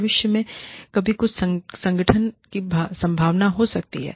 भविष्य में कभी कुछ संगठन की संभावना हो सकती है